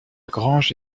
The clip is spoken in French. grange